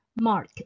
Mark